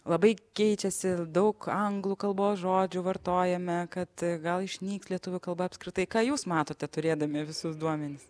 labai keičiasi daug anglų kalbos žodžių vartojame kad gal išnyks lietuvių kalba apskritai ką jūs matote turėdami visus duomenis